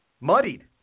muddied